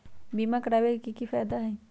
बीमा करबाबे के कि कि फायदा हई?